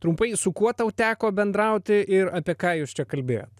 trumpai su kuo tau teko bendrauti ir apie ką jūs čia kalbėjot